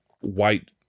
white